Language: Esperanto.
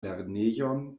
lernejon